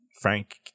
Frank